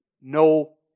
no